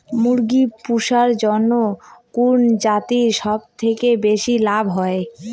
মুরগি পুষার জন্য কুন জাতীয় সবথেকে বেশি লাভ হয়?